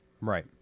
Right